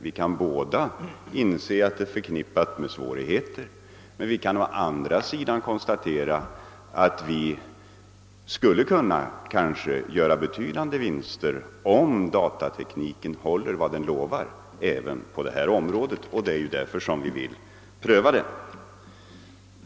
Vi kan båda inse att det är svårigheter förknippade med ett införande av ADB, men vi kan å andra sidan konstatera att kanske betydande vinster skulle kunna göras om datatekniken håller vad den lovar även på detta område, och det är ju därför vi vill pröva den.